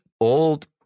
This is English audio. old